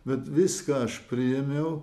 bet viską aš priėmiau